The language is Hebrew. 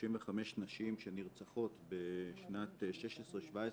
35 נשים שנרצחות בשנת 16'-17'